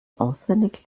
auswendig